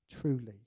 truly